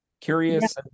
curious